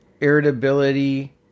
irritability